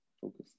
focus